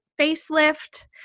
facelift